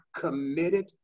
committed